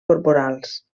corporals